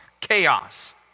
chaos